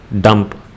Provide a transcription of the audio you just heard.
dump